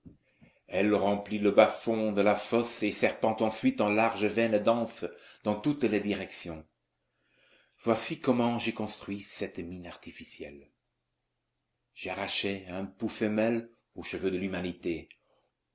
elle remplit les bas-fonds de la fosse et serpente ensuite en larges veines denses dans toutes les directions voici comment j'ai construit cette mine artificielle j'arrachai un pou femelle aux cheveux de l'humanité